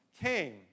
came